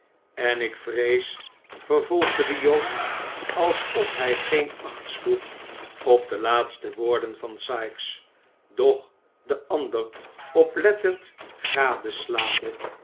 en ik vrees vervolgde de jood alsof hij geen acht sloeg op de laatste woorden van sikes doch den ander oplettend